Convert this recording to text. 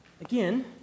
Again